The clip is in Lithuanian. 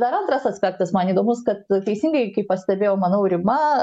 dar antras aspektas man įdomus kad teisingai kaip pastebėjo manau rima